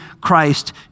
Christ